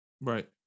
right